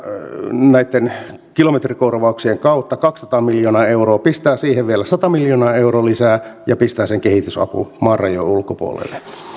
näitten kilometrikorvauksien kautta kaksisataa miljoonaa euroa pistää siihen vielä sata miljoonaa euroa lisää ja pistää sen kehitysapuun maan rajojen ulkopuolelle